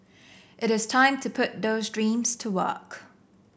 it is time to put those dreams to work